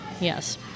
Yes